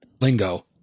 lingo